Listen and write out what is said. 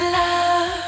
love